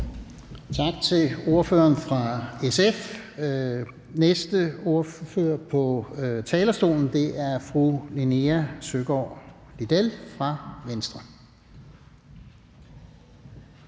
Tak til ordføreren fra SF. Næste ordfører på talerstolen er fru Linea Søgaard-Lidell fra Venstre.